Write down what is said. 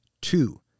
Two